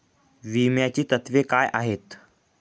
विम्याची तत्वे काय आहेत?